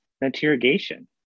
interrogation